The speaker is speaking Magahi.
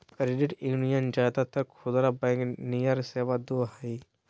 क्रेडिट यूनीयन ज्यादातर खुदरा बैंक नियर सेवा दो हइ